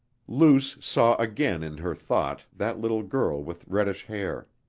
luce saw again in her thought that little girl with reddish hair.